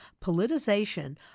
politicization